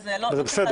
וזה בסדר.